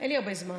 אין לי הרבה זמן.